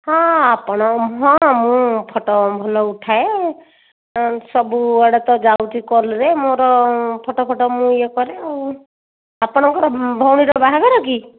ହଁ ଆପଣ ହଁ ମୁଁ ଫଟୋ ଭଲ ଉଠାଏ ସବୁଆଡ଼େ ତ ଯାଉଛି କଲ୍ରେ ମୋର ଫଟୋ ଫଟୋ ମୁଁ ଇଏ କରେ ଆଉ ଆପଣଙ୍କ ଭଉଣୀର ବାହାଘର କି